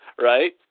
Right